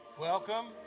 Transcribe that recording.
Welcome